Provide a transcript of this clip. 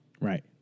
right